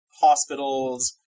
hospitals